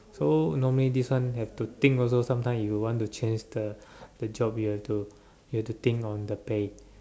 so normally this one have to think also some time you want to change the the job you have to you have to think on the pay